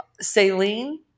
saline